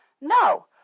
No